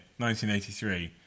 1983